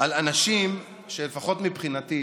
על אנשים שלפחות מבחינתי